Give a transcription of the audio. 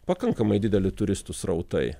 pakankamai dideli turistų srautai